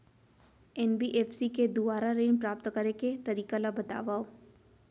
NBFC के दुवारा ऋण प्राप्त करे के तरीका ल बतावव?